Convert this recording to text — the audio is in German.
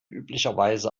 üblicherweise